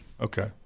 Okay